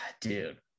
Dude